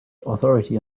authority